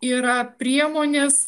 yra priemonės